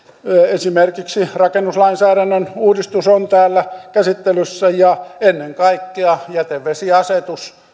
esimerkiksi rakennuslainsäädännön uudistus on täällä käsittelyssä ja ennen kaikkea jätevesiasetus